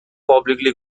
publicly